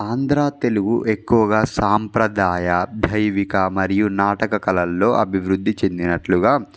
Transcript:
ఆంధ్రా తెలుగు ఎక్కువగా సాంప్రదాయ దైవిక మరియు నాటక కళల్లో అభివృద్ధి చెందినట్లుగా